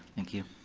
thank you.